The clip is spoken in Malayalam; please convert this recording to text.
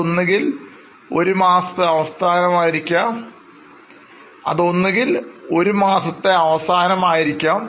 അത് ഒന്നുകിൽ ഒരുമാസത്തെ അവസാനം ആയിരിക്കാം